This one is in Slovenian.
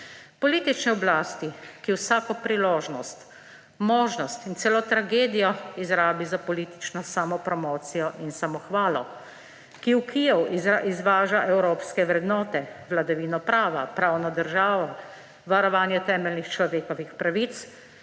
Politični oblasti, ki vsako priložnost, možnost in celo tragedijo izrabi za politično samopromocijo in samohvalo, ki v Kijev izvaža evropske vrednote, vladavino prava, pravno državo, varovanje temeljnih človekovih pravic,